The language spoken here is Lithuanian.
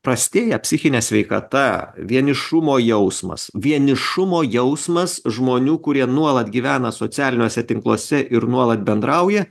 prastėja psichinė sveikata vienišumo jausmas vienišumo jausmas žmonių kurie nuolat gyvena socialiniuose tinkluose ir nuolat bendrauja